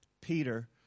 Peter